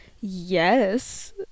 yes